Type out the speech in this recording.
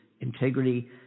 integrity